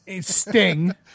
sting